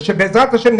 בעזרת השם,